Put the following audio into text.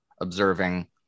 observing